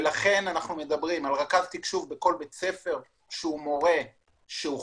לכן אנחנו מדברים על רכז תקשוב בכל בית ספר שהוא מורה שהוכשר,